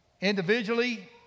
Individually